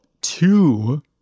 two